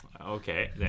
Okay